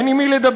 אין עם מי לדבר.